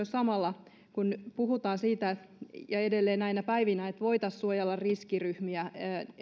samalla kun puhutaan siitä edelleen näinä päivinä että voitaisiin suojella riskiryhmiä